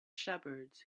shepherds